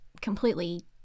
completely